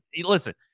listen